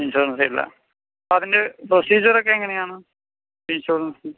ഇൻഷുറൻസേയില്ല അതിൻ്റെ പ്രൊസീജറൊക്കെ എങ്ങനെയാണ് ഇൻഷുറൻസിന്